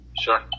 sure